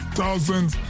thousands